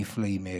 הנפלאים.